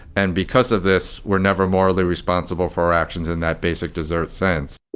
and because of this, we're never morally responsible for our actions in that basic desert sense